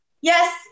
Yes